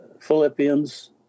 Philippians